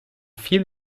viel